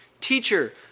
Teacher